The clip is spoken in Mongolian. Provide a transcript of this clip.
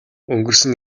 өнгөрсөн